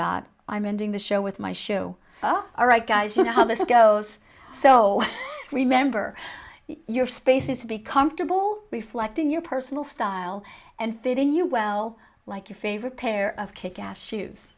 that i'm ending the show with my show all right guys you know how this goes so remember your space is to be comfortable reflecting your personal style and fit in you well like your favorite pair of kick ass shoes